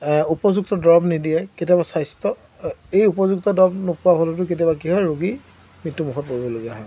উপযুক্ত দৰব নিদিয়ে কেতিয়াবা স্বাস্থ্য এই উপযুক্ত দৰব নোপোৱাৰ ফলতো কেতিয়াবা কি হয় ৰোগী মৃত্যুমুখত পৰিবলগীয়া হয়